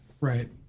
Right